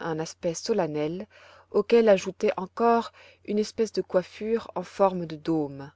un aspect solennel auquel ajoutait encore une espèce de coiffure en forme de dôme